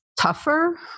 tougher